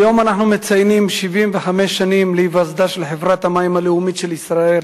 היום אנחנו מציינים 75 שנים להיווסדה של חברת המים הלאומית של ישראל,